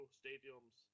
stadiums